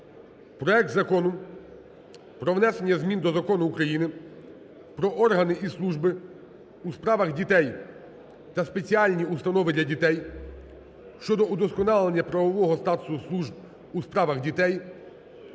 проект Закону про внесення змін до Закону України "Про органи і служби у справах дітей та спеціальні установи для дітей" (щодо удосконалення правового статусу служб у справах дітей)